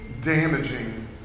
damaging